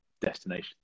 destination